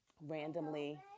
randomly